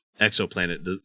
exoplanet